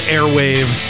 Airwave